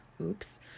Oops